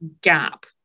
gap